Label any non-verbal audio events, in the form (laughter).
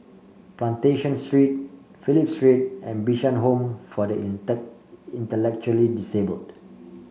Plantation Street Phillip Street and Bishan Home for the (unintelligible) Intellectually Disabled